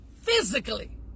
physically